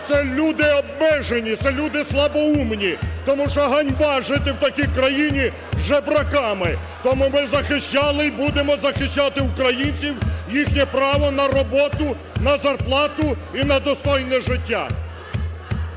це люди обмежені, це люди слабоумні. Тому що ганьба жити в такій країні жебраками. Тому ми захищали і будемо захищати українців, їхнє право на роботу, на зарплату і на достойне життя.